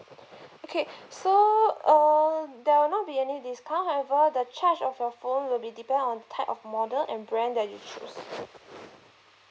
okay so uh there will not be any discount however the charge of your phone will be depend on type of model and brand that you choose